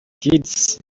kids